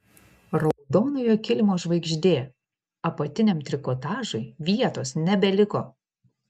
raudonojo kilimo žvaigždė apatiniam trikotažui vietos nebeliko